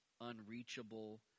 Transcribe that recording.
unreachable